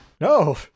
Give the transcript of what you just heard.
No